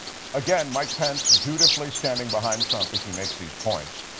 again mike pence dutifully standing behind trump as he makes these points.